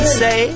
say